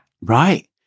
Right